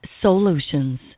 Solutions